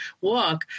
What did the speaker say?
walk